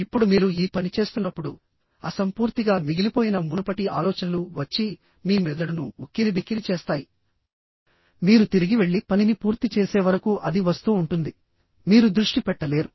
ఇప్పుడు మీరు ఈ పని చేస్తున్నప్పుడు అసంపూర్తిగా మిగిలిపోయిన మునుపటి ఆలోచనలు వచ్చి మీ మెదడును ఉక్కిరిబిక్కిరి చేస్తాయి మీరు తిరిగి వెళ్లి పనిని పూర్తి చేసే వరకు అది వస్తూ ఉంటుంది మీరు దృష్టి పెట్టలేరు